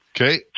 Okay